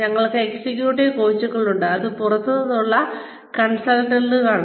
ഞങ്ങൾക്ക് എക്സിക്യൂട്ടീവ് കോച്ചുകൾ ഉണ്ട് അത് പുറത്ത് നിന്നുള്ള കൺസൾട്ടന്റുകളാണ്